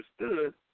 understood